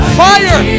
fire